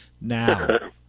now